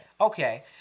okay